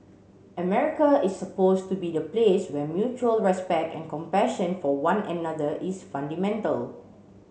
America is supposed to be the place where mutual respect and compassion for one another is fundamental